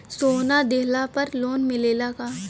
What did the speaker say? सोना दिहला पर लोन मिलेला का?